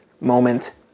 moment